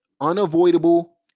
unavoidable